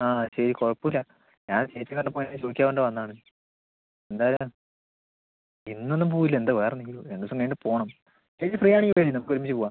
ആ ശരി കുഴപ്പമില്ല ഞാൻ ചേച്ചിയെ കണ്ടപ്പോൾ ഇങ്ങനെ ചോദിക്കാൻ വേണ്ടി വന്നതാണ് എന്തായാലും ഇന്നൊന്നും പോവില്ല എന്താ വേറെയെന്തെങ്കിലും രണ്ടിവസം കഴിഞ്ഞിട്ട് പോകണം ചേച്ചി ഫ്രീയാണെങ്കിൽ വരൂ നമുക്ക് ഒരുമിച്ച് പോകാം